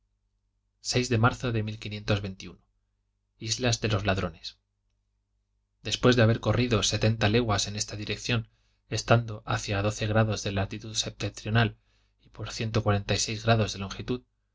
de marzo de islas de los ladrones después de haber corrido setenta leguas en esta dirección estando hacia doce grados de latitud septentrional y por grados de longitud